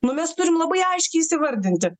nu mes turim labai aiškiai įsivardinti